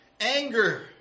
anger